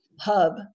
hub